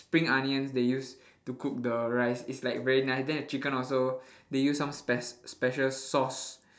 spring onions they use to cook the rice it's like very nice then the chicken also they use some spec~ special sauce